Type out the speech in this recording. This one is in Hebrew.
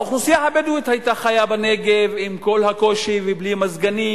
האוכלוסייה הבדואית חייתה בנגב עם כל הקושי ובלי מזגנים,